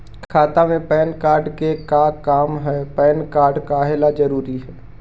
खाता में PAN card के का काम है पैन कार्ड काहे ला जरूरी है?